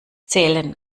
zählen